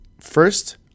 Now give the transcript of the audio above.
first